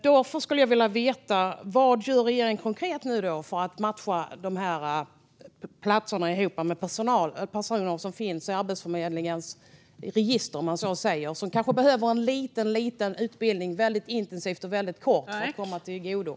Därför skulle jag vilja veta vad regeringen gör konkret för att matcha dessa platser med personer i Arbetsförmedlingens register som kanske behöver en liten, liten utbildning, väldigt intensiv och väldigt kort, för att komma i fråga.